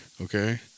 okay